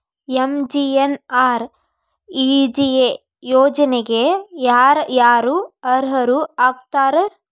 MGNREGA ಯೋಜನೆಗೆ ಯಾರ ಯಾರು ಅರ್ಹರು ಆಗ್ತಾರ?